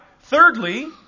Thirdly